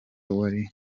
wari